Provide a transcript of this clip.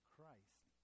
Christ